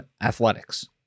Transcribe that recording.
athletics